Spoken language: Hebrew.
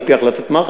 על-פי החלטת מח"ש,